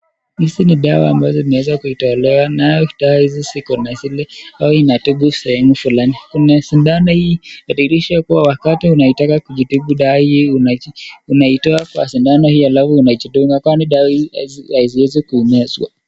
Hizi ni dawa ambazo imeeza kuitolewa, nayo ukitoa izi siko na asili, au inatibu sehemu fulani, kuna sindano hii, akikisha kuwa wakati unaitaka kujitibu dawa hii, unaji, unaitoa kwa sindano hii alafu unajidunga kwani dawa hii aziwezi kuonyeswa.